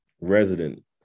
resident